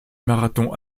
marathon